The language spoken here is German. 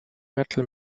metal